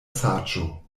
saĝo